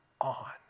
on